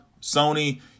Sony